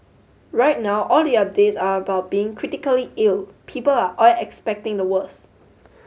right now all the updates about being critically ill people are all expecting the worse